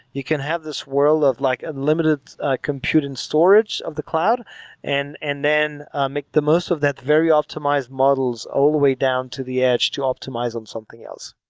you can have this world of like unlimited compute and storage of the cloud and and then make the most of that very optimized models all the way down to the edge to optimize on something else.